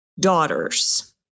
daughters